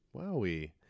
Wowie